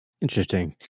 Interesting